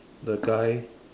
the guy